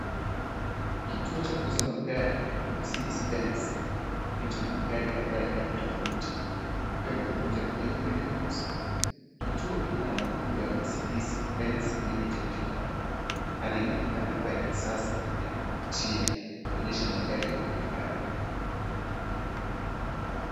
Kituo cha kuuza magari ya Mercedes Benz, kilicho na magari kadhaa ya rangi tofauti. Ikiwa ni pamoja na nyeupe na nyeusi, kituo kina alama kubwa ya Mercedes Benz Limited juu yake hali inaonekana kuwa ya kisasa na ya kuvutia, kinyesha magari ya kifahari.